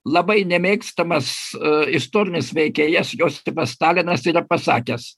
labai nemėgstamas istorinis veikėjas jostifas stalinas yra pasakęs